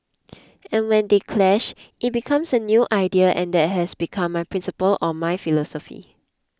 and when they clash it becomes a new idea and that has become my principle or my philosophy